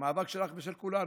המאבק שלך ושל כולנו,